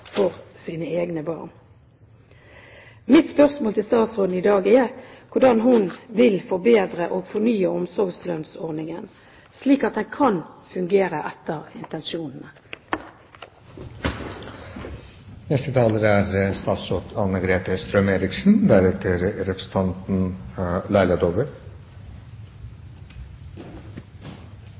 for sine egne barn. Mitt spørsmål til statsråden i dag er: Hvordan vil statsråden forbedre og fornye omsorgslønnsordningen, slik at den kan fungere etter intensjonene? Jeg er